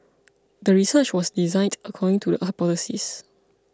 the research was designed according to the hypothesis